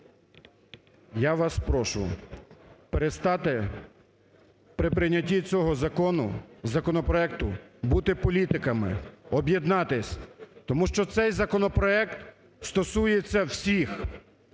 я вас прошу перестати при прийнятті цього закону, законопроекту, бути політиками, об'єднатись, тому що цей законопроект стосується всіх.